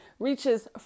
Reaches